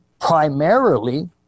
primarily